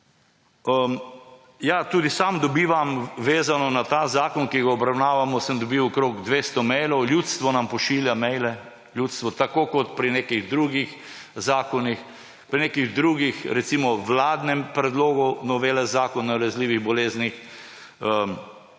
Tudi sam dobivam maile. Vezano na ta zakon, ki ga obravnavamo, sem dobil okrog 200 mailov. Ljudstvo nam pošilja maile tako kot pri nekih drugih zakonih, recimo pri vladnem predlogu novele zakona o nalezljivih boleznih